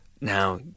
Now